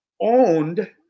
owned